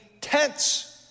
tents